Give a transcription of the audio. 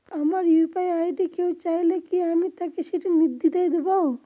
আমার UPI ID কেউ চাইলে কি আমি তাকে সেটি নির্দ্বিধায় দেব?